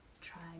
try